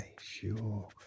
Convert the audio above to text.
sure